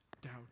doubt